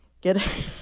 Get